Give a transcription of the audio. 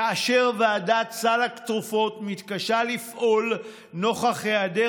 כאשר ועדת סל התרופות מתקשה לפעול נוכח היעדר